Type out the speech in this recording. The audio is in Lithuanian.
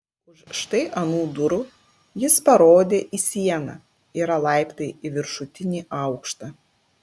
už štai anų durų jis parodė į sieną yra laiptai į viršutinį aukštą